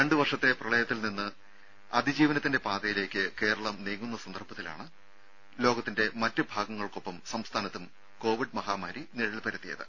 രണ്ട് വർഷത്തെ പ്രളയത്തിൽ നിന്ന് അതിജീവനത്തിന്റെ പാതയിലേക്ക് കേരളം നീങ്ങുന്ന സന്ദർഭത്തിലാണ് ലോകത്തിന്റെ മറ്റ് ഭാഗങ്ങൾക്കൊപ്പം സംസ്ഥാനത്തും കോവിഡ് മഹാമാരി നിഴൽ പരത്തിയത്